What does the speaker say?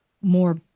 more